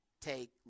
take